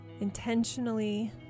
Intentionally